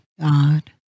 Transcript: God